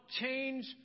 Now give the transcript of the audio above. change